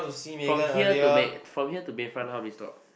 from here to bay~ from here to Bayfront how many stops